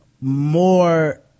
more